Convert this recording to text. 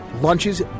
lunches